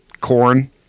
Corn